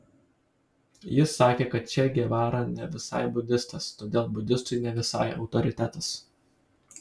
jis sakė kad če gevara ne visai budistas todėl budistui ne visai autoritetas